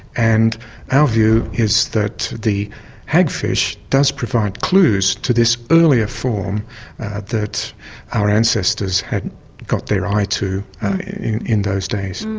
and our view is that the hagfish does provide clues to this earlier form that our ancestors had got their eye too in those days.